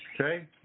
Okay